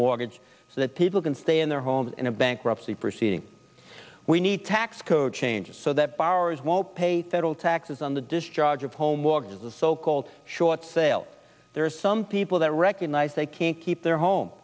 mortgage so that people can stay in their homes in a bankruptcy proceeding we need tax code changes so that borrowers won't pay federal taxes on the discharge of home mortgages the so called short sale there are some people that recognize they can't keep their home